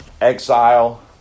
Exile